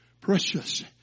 precious